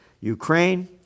Ukraine